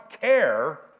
care